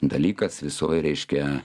dalykas visoj reiškia